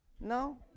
no